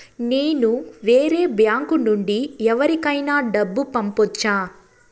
నేను వేరే బ్యాంకు నుండి ఎవరికైనా డబ్బు పంపొచ్చా?